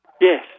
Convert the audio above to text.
Yes